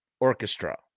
Orchestra